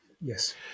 Yes